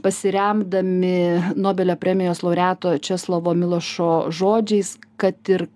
pasiremdami nobelio premijos laureato česlovo milošo žodžiais kad ir